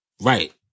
right